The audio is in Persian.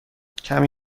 کمی